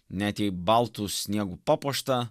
net jei baltu sniegu papuošta